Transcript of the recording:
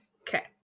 Okay